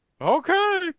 Okay